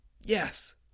Yes